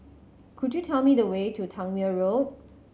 could you tell me the way to Tangmere Road